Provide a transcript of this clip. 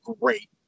great